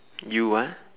U what